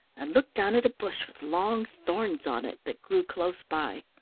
and looked down at a bush with long thorns on it, that grew close by.